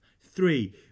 Three